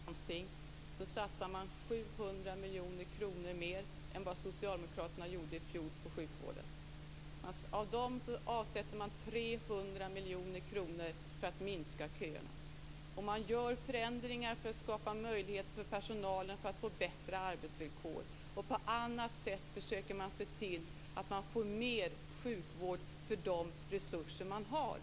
Fru talman! I mitt landsting, Stockholms läns landsting, satsar man 700 miljoner kronor mer än vad Socialdemokraterna satsade i fjol på sjukvården. Av dem avsätter man 300 miljoner kronor för att minska köerna. Man gör också förändringar för att skapa möjlighet för personalen att få bättre arbetsvillkor, och man försöker på andra sätt se till att man får mer sjukvård för de resurser som man har.